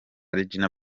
regina